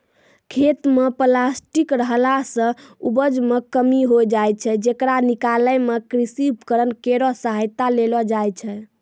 खेत म प्लास्टिक रहला सें उपज मे कमी होय जाय छै, येकरा निकालै मे कृषि उपकरण केरो सहायता लेलो जाय छै